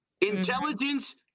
Intelligence